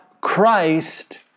Christ